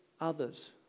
others